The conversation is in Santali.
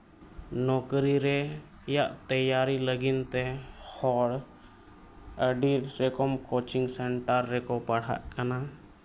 ᱱᱚᱠᱨᱤ ᱨᱮᱭᱟᱜ ᱛᱮᱭᱟᱨᱤ ᱞᱟᱹᱜᱤᱫ ᱛᱮ ᱦᱚᱲ ᱟᱹᱰᱤ ᱨᱚᱠᱚᱢ ᱠᱳᱪᱤᱝ ᱥᱮᱱᱴᱟᱨ ᱨᱮᱠᱚ ᱯᱟᱲᱦᱟᱜ ᱠᱟᱱᱟ